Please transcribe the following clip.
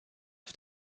auf